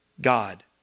God